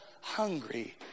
hungry